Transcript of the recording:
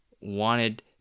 wanted